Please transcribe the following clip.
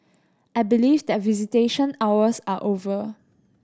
I believe that visitation hours are over